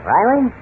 Riley